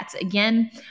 again